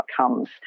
outcomes